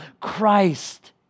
Christ